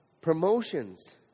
promotions